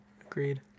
Agreed